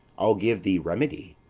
i'll give thee remedy.